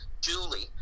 Julie